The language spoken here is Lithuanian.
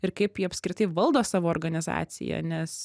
ir kaip jie apskritai valdo savo organizaciją nes